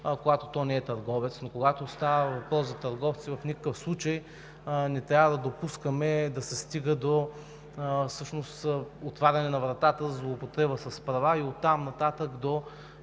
когато то не е търговец. Но когато става въпрос за търговци, в никакъв случай не трябва да допускаме да се стига до отваряне на вратата, злоупотреба с права и оттам нататък до